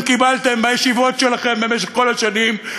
קיבלתם מהישיבות שלכם במשך כל השנים,